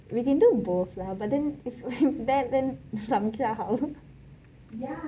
we can both lah but then like that then samyuksha how